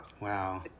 Wow